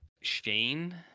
Shane